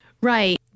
Right